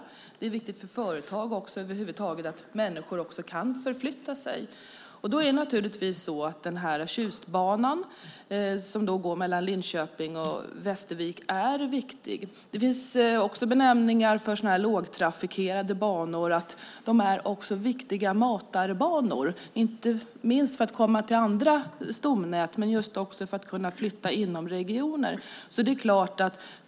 Det är också viktigt för företag att människor kan förflytta sig. Den här Tjustbanan, som går mellan Linköping och Västervik, är viktig. Sådana här lågtrafikerade banor är också viktiga matarbanor, inte minst för att komma till andra stomnät och för att kunna förflytta sig inom regioner.